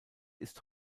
ist